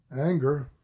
Anger